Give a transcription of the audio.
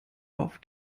auf